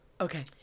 Okay